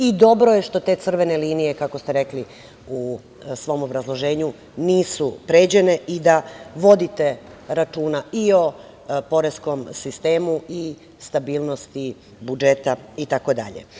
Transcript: I dobro je što te crvene linije, kako ste rekli u svom obrazloženju, nisu pređene i da vodite računa i o poreskom sistemu i stabilnosti budžeta itd.